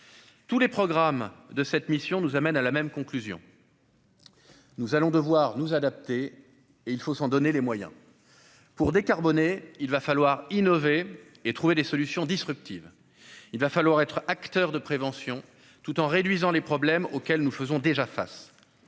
Tous les programmes de cette mission tendent vers la même conclusion : nous allons devoir nous adapter, et il faut nous en donner les moyens. Pour décarboner, il va falloir innover et trouver des solutions disruptives. Nous devrons être acteurs de prévention, tout en réduisant les problèmes auxquels nous faisons déjà face.